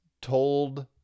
told